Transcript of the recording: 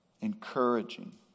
encouraging